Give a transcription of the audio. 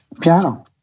Piano